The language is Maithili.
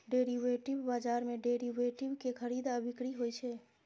डेरिवेटिव बाजार मे डेरिवेटिव के खरीद आ बिक्री होइ छै